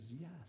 yes